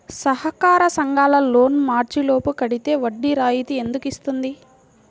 సహకార సంఘాల లోన్ మార్చి లోపు కట్టితే వడ్డీ రాయితీ ఎందుకు ఇస్తుంది?